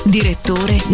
Direttore